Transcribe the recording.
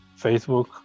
Facebook